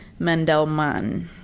Mendelman